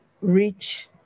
reach